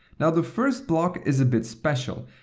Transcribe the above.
now the first block is a bit special,